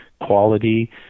quality